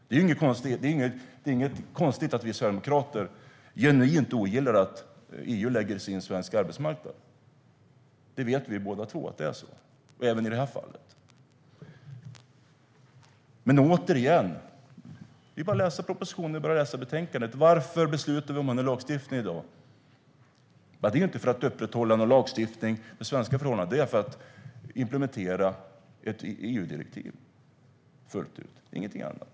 Det är inget konstigt att vi sverigedemokrater genuint ogillar att EU lägger sig i svensk arbetsmarknad. Vi vet båda två att det är så, även i det här fallet. Jag säger det igen: Det är bara att läsa propositionen och betänkandet. Varför beslutar vi om den här lagstiftningen i dag? Det är inte för att upprätthålla någon lagstiftning för svenska förhållanden. Det är för att implementera ett EU-direktiv fullt ut, ingenting annat.